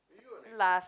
last